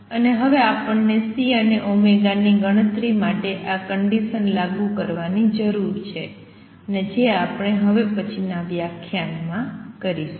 અને હવે આપણને C અને ω ની ગણતરી માટે આ કંડિસન્સ લાગુ કરવાની જરૂર છે અને જે આપણે હવે પછીનાં વ્યાખ્યાનમાં કરીશું